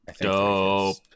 Dope